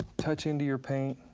touch into your paint,